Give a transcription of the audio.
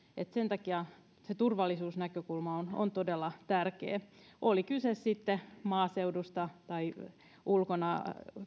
että sen takia se turvallisuusnäkökulma on todella tärkeä oli kyse sitten maaseudusta tai ulkona